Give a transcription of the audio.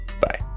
bye